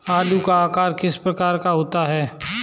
आलू का आकार किस प्रकार का होता है?